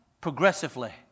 progressively